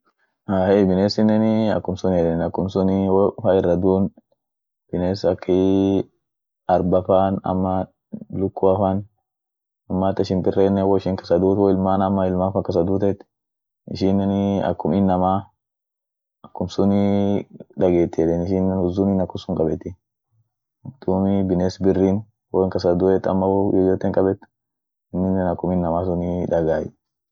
ahey binesinenii akumsuniyeden akumsun wo fa irradun biness akii arba fa ama lukuafan ama hata shimpirenen woishin kasa duut woilman ama woilman fan kasa duutet isheneni akum inamaa akumsunii dageti eden ishinen huzuni akunsun kabeti, duumi biness birin woin kasa duet ama wo yoyoten kabet inen akum inamaa sun dagay.